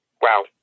Wow